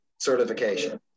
certification